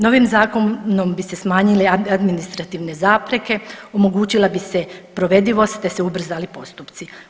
Novim zakonom bi se smanjile administrativne zapreke, omogućila bi se provedivost te se ubrzali postupci.